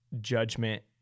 judgment